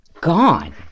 gone